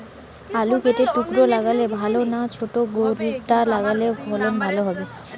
আলু কেটে টুকরো লাগালে ভাল না ছোট গোটা লাগালে ফলন ভালো হবে?